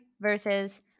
versus